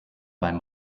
beim